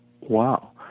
wow